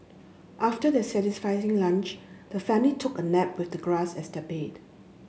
after their satisfying lunch the family took a nap with the grass as their bed